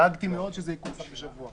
דאגתי מאוד שזה יקוצר בשבוע.